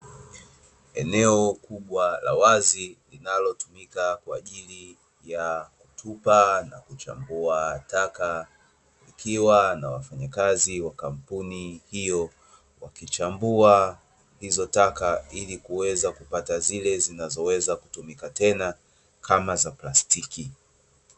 Eneo kubwa la wazi, linalotumika kwa ajili ya kutupa na kuchambua taka, ikiwa na wafanyakazi wa kampuni hiyo, wakichambua hizo taka ili Kuweza kupata zile zinazoweza kutumika tena kama za plastiki.